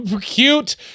cute